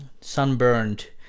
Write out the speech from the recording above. sunburned